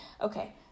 Okay